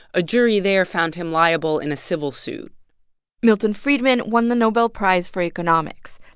a jury there found him liable in a civil suit milton friedman won the nobel prize for economics.